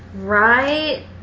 Right